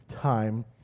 time